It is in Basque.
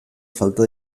falta